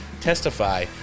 testify